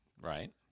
right